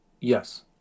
Yes